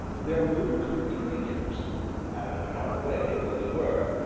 there moved three figures and, far away though they were,